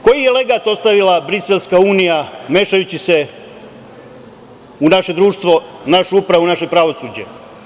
Koji je legat ostavila briselska unija mešajući se u naše društvo, u našu upravu, u naše pravosuđe?